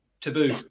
taboo